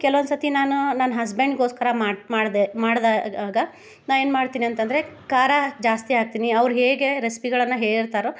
ಕೆಲ್ವೊಂದು ಸತಿ ನಾನು ನನ್ನ ಹಸ್ಬೆಂಡಿಗೋಸ್ಕರ ಮಾಡಿ ಮಾಡಿದೆ ಮಾಡಿದಾಗ ನಾ ಏನು ಮಾಡ್ತೀನಿ ಅಂತಂದರೆ ಖಾರ ಜಾಸ್ತಿ ಹಾಕ್ತಿನಿ ಅವ್ರು ಹೇಗೆ ರೆಸ್ಪಿಗಳನ್ನು ಹೇಳಿರ್ತಾರೊ